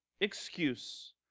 excuse